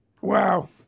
Wow